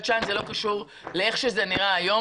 שאן וזה לא קשור לאיך שזה נראה היום.